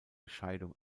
scheidung